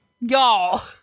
Y'all